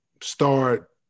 start